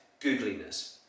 googliness